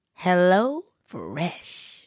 HelloFresh